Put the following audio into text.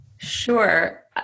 Sure